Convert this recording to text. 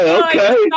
okay